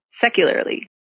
secularly